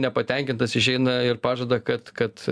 nepatenkintas išeina ir pažada kad kad